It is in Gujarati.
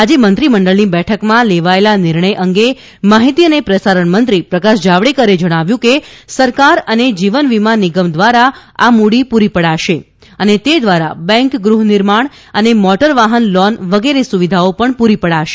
આજે મંત્રીમંડળની બેઠકમાં લેવાયેલા નિર્ણય અંગે માહીતી અને પ્રસારણમંત્રી પ્રકાશ જાડવેકરે જણાવ્યું કે સરકાર અને જીવનવીમા નિગમ દ્વારા આ મૂડી પૂરી પડાશે અને તે દ્વારા બેન્ક ગૃહનિર્માણ અને મોટરવાહન લોન વગેરે સુવિધાઓ પૂરી પડાશે